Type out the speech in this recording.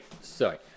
Sorry